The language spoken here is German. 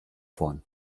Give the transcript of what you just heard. vorn